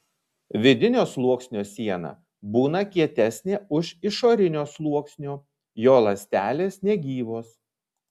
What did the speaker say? vidinio sluoksnio siena būna kietesnė už išorinio sluoksnio jo ląstelės negyvos